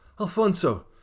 Alfonso